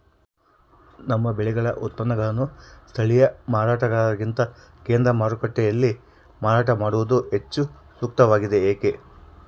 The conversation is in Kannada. ನಮ್ಮ ಬೆಳೆಗಳ ಉತ್ಪನ್ನಗಳನ್ನು ಸ್ಥಳೇಯ ಮಾರಾಟಗಾರರಿಗಿಂತ ಕೇಂದ್ರ ಮಾರುಕಟ್ಟೆಯಲ್ಲಿ ಮಾರಾಟ ಮಾಡುವುದು ಹೆಚ್ಚು ಸೂಕ್ತವಾಗಿದೆ, ಏಕೆ?